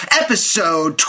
episode